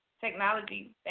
technology